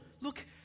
look